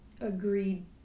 agreed